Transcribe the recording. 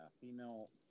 Female